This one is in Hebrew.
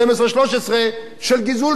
2013 תחזיות של גידול כזה,